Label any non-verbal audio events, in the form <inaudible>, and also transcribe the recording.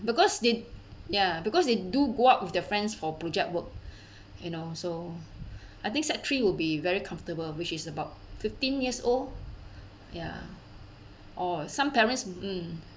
because they ya because they do go out with their friends for project work <breath> you know so <breath> I think sec three will be very comfortable which is about fifteen years old ya or some parents mm